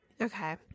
Okay